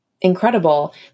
incredible